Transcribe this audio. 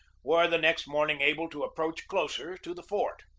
were the next morning able to approach closer to the fort.